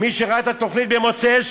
מי שראה את התוכנית במוצאי-שבת,